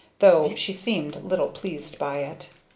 though she seemed little pleased by it.